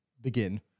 begin